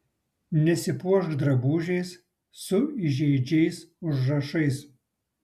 nesipuošk drabužiais su įžeidžiais užrašais